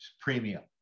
premium